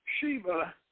Sheba